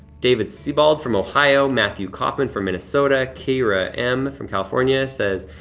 david cebal from ohio. matthew kaufman from minnesota. keira m. from california says,